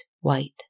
white